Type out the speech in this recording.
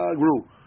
grew